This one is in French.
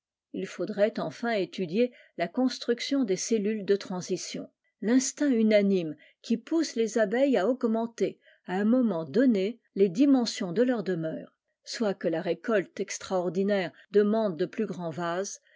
il faudrait enfin étudier la construction des cellules de transition l'instinct unanime qui pousse les abeilles à augmenter h un moment donné les dimensions de leurs demeures soit que la récolte extraordinaire demande de plus grands vases